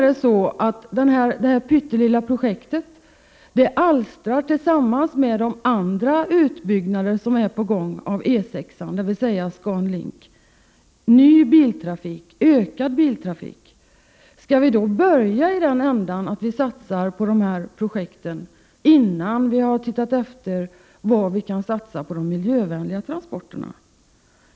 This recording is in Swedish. Det här pyttelilla projektet alstrar, om det genomförs, tillsammans med de andra utbyggnader av E 6 som är på gång, dvs. ScanLink, ny biltrafik. Det blir alltså ökad biltrafik. Skall vi då börja i den ändan att vi satsar på dessa projekt, innan vi har sett efter vad vi kan satsa på de miljövänliga transporterna?